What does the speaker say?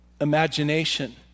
imagination